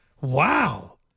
Wow